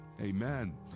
Amen